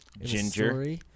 Ginger